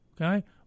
okay